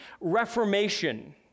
Reformation